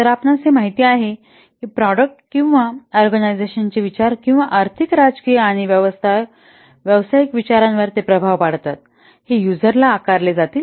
तर हे आपणास माहित आहे की हे प्रॉडक्ट किंवा ऑर्गनायझशन चे विचार किंवा आर्थिक राजकीय आणि व्यवसायिक विचारांवर ते प्रभाव पाडतात हे युजराला आकारले जातील